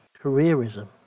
careerism